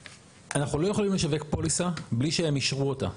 ואנחנו לא יכולים לשווק פוליסה בלי שהם אישרו אותה.